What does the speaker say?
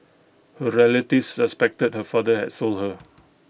her relatives suspected her father had sold her